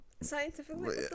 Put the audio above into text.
scientifically